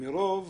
מרוב